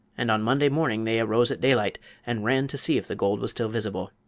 and on monday morning they arose at daylight and ran to see if the gold was still visible.